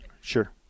Sure